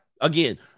again